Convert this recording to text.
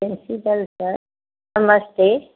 principal sir Namaste